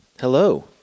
Hello